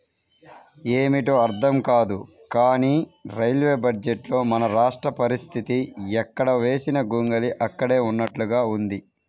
ఏమిటో అర్థం కాదు కానీ రైల్వే బడ్జెట్లో మన రాష్ట్ర పరిస్తితి ఎక్కడ వేసిన గొంగళి అక్కడే ఉన్నట్లుగా ఉంది